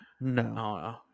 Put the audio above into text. No